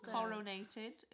Coronated